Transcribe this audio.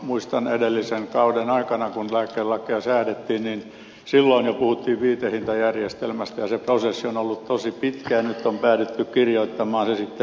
muistan kun edellisen kauden aikana kun lääkelakia säädettiin jo puhuttiin viitehintajärjestelmästä ja se prosessi on ollut tosi pitkä ja nyt on päädytty kirjoittamaan se sitten lakiesitykseksi